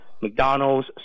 McDonald's